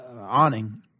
awning